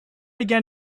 again